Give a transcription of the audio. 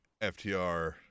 FTR